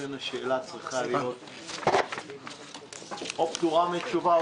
לכן השאלה צריכה להיות או פטורה מתשובה,